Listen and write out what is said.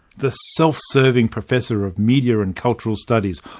the self-serving professor of media and cultural studies,